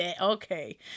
okay